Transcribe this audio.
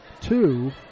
two